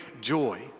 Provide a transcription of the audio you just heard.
joy